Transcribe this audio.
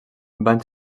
van